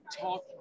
talk